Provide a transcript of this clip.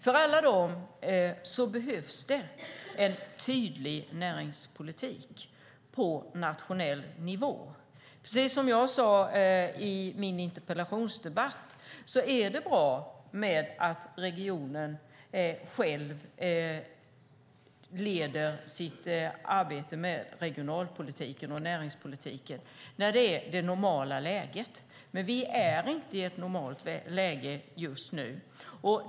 För alla dem behövs det en tydlig näringspolitik på nationell nivå. Precis som jag sade i min interpellationsdebatt är det bra att regionen själv leder sitt arbete med regionalpolitiken och näringspolitiken när det är det normala läget. Men vi är inte i ett normalt läge just nu.